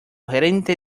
gerente